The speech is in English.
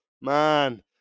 man